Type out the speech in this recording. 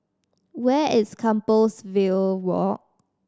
where is Compassvale Walk